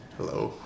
Hello